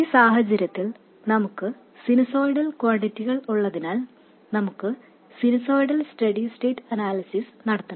ഈ സാഹചര്യത്തിൽ നമുക്ക് സിനുസോയ്ഡൽ ക്വാണ്ടിറ്റികൾ ഉള്ളതിനാൽ നമുക്ക് സിനുസോയ്ഡൽ സ്റ്റെഡി സ്റ്റേറ്റ് അനാലിസിസ് നടത്തണം